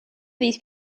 these